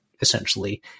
essentially